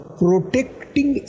protecting